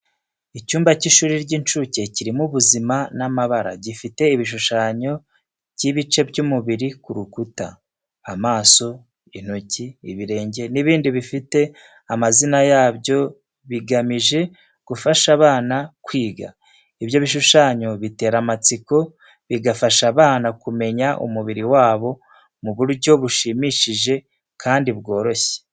Icyumba cy’ishuri ry’incuke kirimo ubuzima n’amabara, gifite ibishushanyo by’ibice by’umubiri ku rukuta: amaso, intoki, ibirenge n’ibindi bifite amazina yabyo bigamije gufasha abana kwiga. Ibyo bishushanyo bitera amatsiko, bigafasha abana kumenya umubiri wabo mu buryo bushimishije kandi bworoshye.